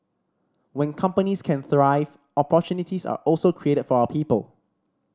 when companies can thrive opportunities are also created for our people